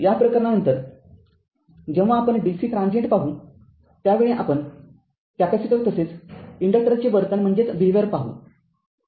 या प्रकरणानंतर जेव्हा आपण dc ट्रांजीएंट पाहू त्यावेळी आपण कॅपेसिटर तसेच इंडक्टर्सचे वर्तन पाहू